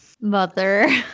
Mother